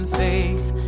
faith